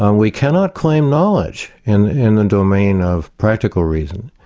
um we cannot claim knowledge in in the domain of practical reason.